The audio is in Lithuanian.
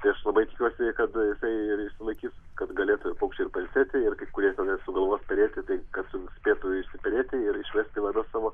tai aš labai tikiuosi kada jisai ir išsilaikys kad galėtų ir paukščiai ir pailsėti ir kurie sugalvosperėti kad spėtų išsiperėti ir išvesti vadas savo